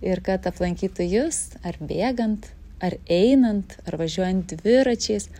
ir kad aplankytų jus ar bėgant ar einant ar važiuojant dviračiais